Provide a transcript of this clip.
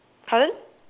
pardon